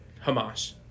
Hamas